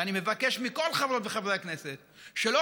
ואני מבקש מכל חברות וחברי הכנסת שלא